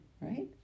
right